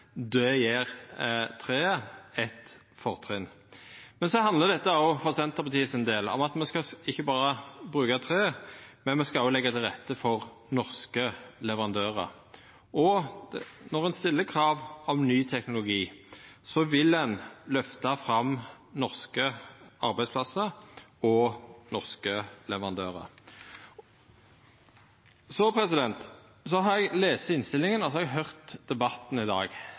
anskaffingar gjer det mogleg å leggja meir vekt på miljø, livsløpskostnader, livsløpsutslepp. Det gjev treet eit fortrinn. For Senterpartiet sin del handlar dette om at me ikkje berre skal bruka tre, men at me òg skal leggja til rette for norske leverandørar. Når ein stiller krav om ny teknologi, vil ein løfta fram norske arbeidsplassar og norske leverandørar. Eg har lese innstillinga, og eg har høyrt debatten i dag.